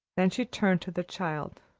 then she turned to the child.